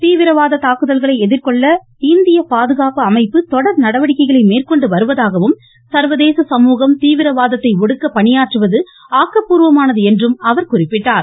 தீவிரவாத தாக்குதல்களை எதிர்கொள்ள இந்திய பாதுகாப்பு அமைப்பு தொடர் நடவடிக்கைகளை மேற்கொண்டு வருவதாகவும் சர்வதேச சமூகம் தீவிரவாதத்தை ஒடுக்க பணியாற்றுவது ஆக்கபூர்வமானது என்றும் அவர் குறிப்பிட்டார்